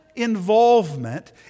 involvement